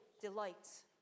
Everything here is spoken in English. delights